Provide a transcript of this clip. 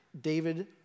David